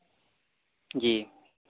جی